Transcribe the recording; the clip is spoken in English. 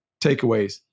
takeaways